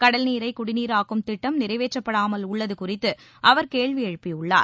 கடல்நீரை குடிநீராக்கும் திட்டம் நிறைவேற்றப்படாமல் உள்ளது குறித்து அவர் கேள்வி எழுப்பியுள்ளார்